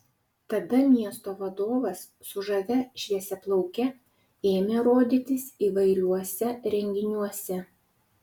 tada miesto vadovas su žavia šviesiaplauke ėmė rodytis įvairiuose renginiuose